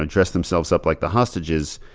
ah dress themselves up like the hostages,